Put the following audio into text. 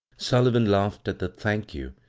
sullivan laughed at the thank you,